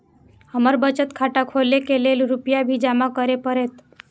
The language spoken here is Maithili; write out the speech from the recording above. हमर बचत खाता खोले के लेल रूपया भी जमा करे परते?